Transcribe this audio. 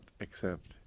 accept